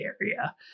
area